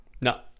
no